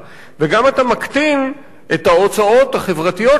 וגם אתה מקטין את ההוצאות החברתיות שבסופו